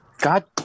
God